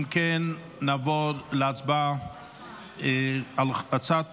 אם כן, נעבור להצבעה על הצעת